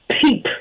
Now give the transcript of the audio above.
peep